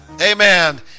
amen